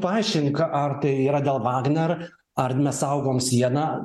paaiškink ar tai yra dėl vagner ar mes saugom sieną